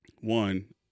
One